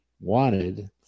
wanted